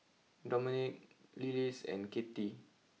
Dominick Lillis and Kathey